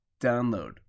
Download